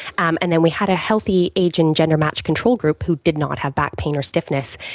um and then we had a healthy age and gender matched control group who did not have back pain or stiffness.